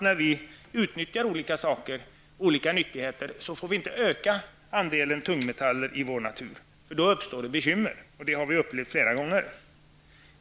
När vi utnyttjar olika nyttigheter får vi se till att inte öka andelen tungmetaller i naturen, för då uppstår bekymmer, vilket vi har upplevt flera gånger.